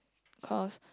cause